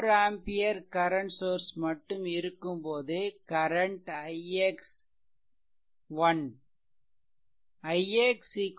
4 ampere current source மட்டும் இருக்கும்போது current ix '